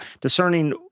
discerning